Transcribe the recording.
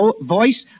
voice